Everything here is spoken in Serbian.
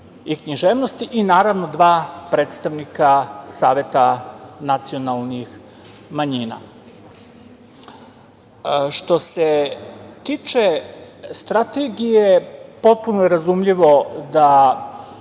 i književnosti i, naravno, dva predstavnika Saveta nacionalnih manjina. Što se tiče strategije, potpuno je razumljivo da